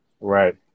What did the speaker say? right